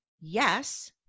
yes